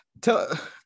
tell